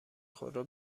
خودرو